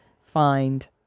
find